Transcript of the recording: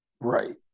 Right